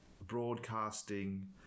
broadcasting